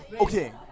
okay